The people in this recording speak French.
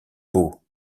beau